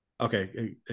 Okay